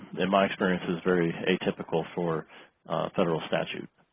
in my experience is very atypical for federal statute.